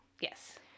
Yes